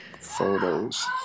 Photos